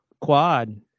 quad